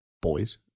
boys